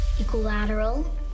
Equilateral